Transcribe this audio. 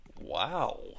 Wow